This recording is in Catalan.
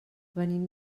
venim